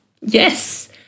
Yes